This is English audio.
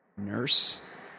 nurse